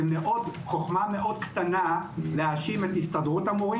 זה חוכמה קטנה מאוד להאשים את הסתדרות המורים